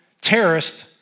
terrorist